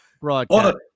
broadcast